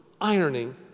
ironing